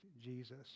Jesus